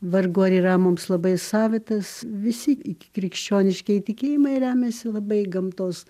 vargu ar yra mums labai savitas visi ikikrikščioniškieji tikėjimai remiasi labai gamtos